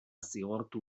zigortu